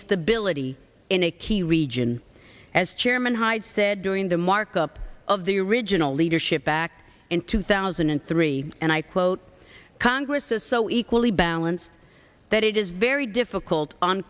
stability in a key region as chairman hyde said during the markup of the original leadership back in two thousand and three and i quote congress is so equally balanced that it is very difficult on